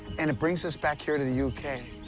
and it brings us back here to the u k.